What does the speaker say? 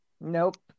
Nope